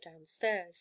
downstairs